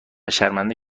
شرمنده